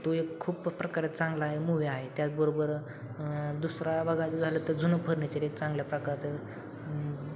तो एक खूप प्रकारे चांगला आहे मुव्हे आहे त्याचबरोबर दुसरा बघायचं झालं तर जुनं फर्निचर एक चांगल्या प्रकारचं